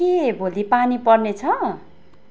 के भोलि पानी पर्नेछ